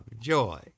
joy